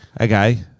Okay